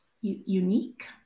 unique